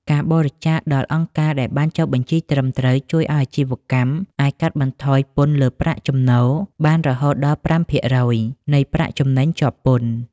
ការបរិច្ចាគដល់អង្គការដែលបានចុះបញ្ជីត្រឹមត្រូវ ជួយឱ្យអាជីវកម្មអាចកាត់បន្ថយពន្ធលើប្រាក់ចំណូលបានរហូតដល់ប្រាំភាគរយនៃប្រាក់ចំណេញជាប់ពន្ធ។